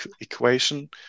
equation